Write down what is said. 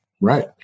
Right